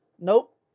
nope